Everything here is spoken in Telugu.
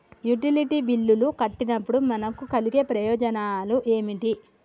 యుటిలిటీ బిల్లులు కట్టినప్పుడు మనకు కలిగే ప్రయోజనాలు ఏమిటి?